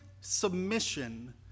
submission